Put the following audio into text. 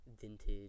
vintage